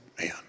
man